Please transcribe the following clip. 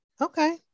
Okay